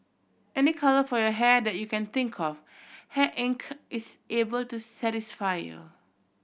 any colour for your hair that you can think of Hair Inc is able to satisfy you